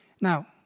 Now